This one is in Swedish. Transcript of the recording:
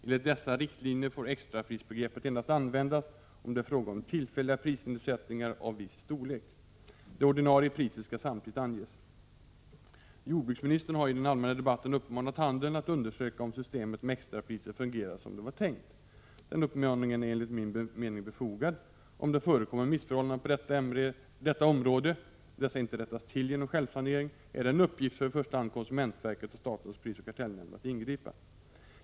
Enligt dessa riktlinjer får extraprisbegreppet endast användas om det är fråga om tillfälliga prisnedsättningar av viss storlek. Det ordinarie priset skall samtidigt anges. Jordbruksministern har i den allmänna debatten uppmanat handeln att undersöka om systemet med extrapriser fungerar som det var tänkt. Den uppmaningen är enligt min mening befogad. Om det förekommer missförhållanden på detta område och dessa inte rättas till genom självsanering är det en uppgift för i första hand konsumentverket och statens prisoch kartellnämnd att ingripa.